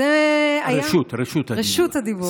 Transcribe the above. רשות, רשות הדיבור.